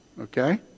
okay